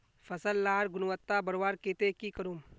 फसल लार गुणवत्ता बढ़वार केते की करूम?